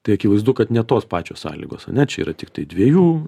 tai akivaizdu kad ne tos pačios sąlygos ane čia yra tiktai dviejų